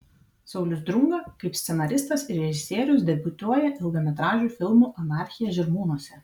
saulius drunga kaip scenaristas ir režisierius debiutuoja ilgametražiu filmu anarchija žirmūnuose